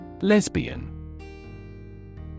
Lesbian